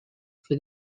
for